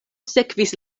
sekvis